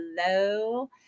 hello